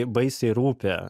baisiai rūpi